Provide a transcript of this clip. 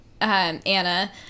Anna